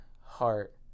heart